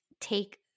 take